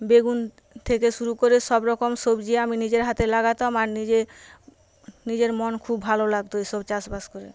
বেগুন থেকে শুরু করে সবরকম সবজি আমি নিজের হাতে লাগাতাম আর নিজে নিজের মন খুব ভালো লাগতো এসব চাষবাস করে